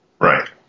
Right